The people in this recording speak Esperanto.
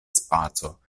spaco